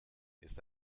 ist